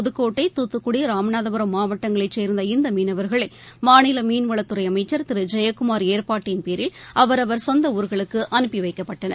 புதக்கோட்டட ராமநாதபுரம் மாவட்டங்களைச் சேர்ந்த இந்த மீனவர்களை மாநில மீன்வளத்துறை அமைச்சர் திரு ஜெயக்குமார் ஏற்பாட்டின் பேரில் அவரவர் சொந்த ஊர்களுக்கு அனுப்பி வைக்கப்பட்டனர்